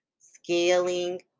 scaling